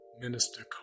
Minister